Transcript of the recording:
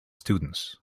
students